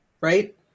right